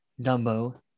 Dumbo